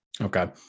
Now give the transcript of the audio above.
Okay